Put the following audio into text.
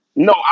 No